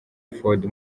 ford